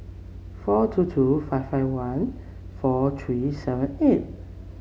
four two two five five one four three seven eight